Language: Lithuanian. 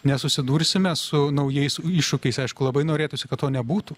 nesusidursime su naujais iššūkiais aišku labai norėtųsi kad to nebūtų